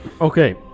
Okay